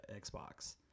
Xbox